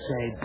Say